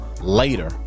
later